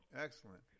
Excellent